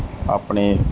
ਆਪਣੇ